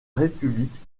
république